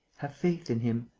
have faith in him.